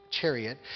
chariot